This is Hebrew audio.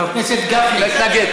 נתנגד.